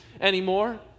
anymore